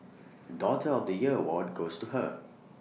daughter of the year award goes to her